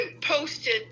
posted